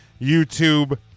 YouTube